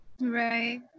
Right